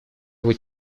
его